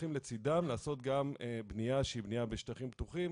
וצריכים לצדם לעשות גם בנייה שהיא בנייה בשטחים פתוחים,